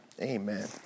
Amen